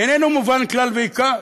איננו מובן כלל ועיקר.